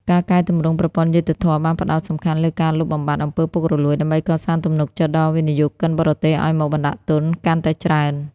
ការកែទម្រង់ប្រព័ន្ធយុត្តិធម៌បានផ្ដោតសំខាន់លើការលុបបំបាត់អំពើពុករលួយ ដើម្បីកសាងទំនុកចិត្តដល់វិនិយោគិនបរទេសឱ្យមកបណ្ដាក់ទុនកាន់តែច្រើន។